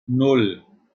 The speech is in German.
nan